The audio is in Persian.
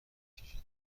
کشید